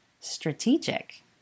Strategic